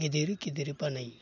गिदिर गिदिर बानायो